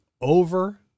over